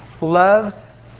loves